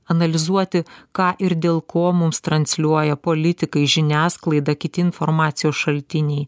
analizuoti ką ir dėl ko mums transliuoja politikai žiniasklaida kiti informacijos šaltiniai